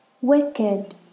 wicked